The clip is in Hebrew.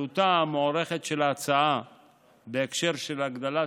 עלותה המוערכת של ההצעה בהקשר של הגדלת